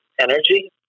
energy